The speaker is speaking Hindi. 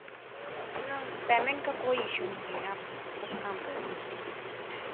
ना पेमेंट का कोई इश्यू नहीं है आप बस काम कर दीजिए